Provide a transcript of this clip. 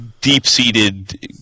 deep-seated